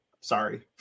sorry